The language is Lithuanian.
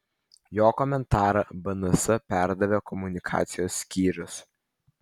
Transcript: jo komentarą bns perdavė komunikacijos skyrius